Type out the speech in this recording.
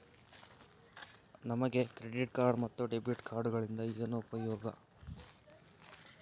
ನಮಗೆ credit card ಮತ್ತು debit ಕಾರ್ಡುಗಳಿಂದ ಏನು ಉಪಯೋಗ?